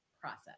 process